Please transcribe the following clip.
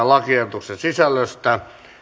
lakiehdotusten sisällöstä